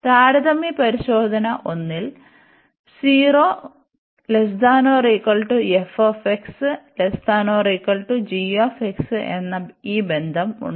താരതമ്യ പരിശോധന 1 ൽ എന്ന ഈ ബന്ധം ഉണ്ട്